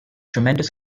tremendous